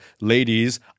ladies